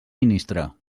ministre